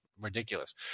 ridiculous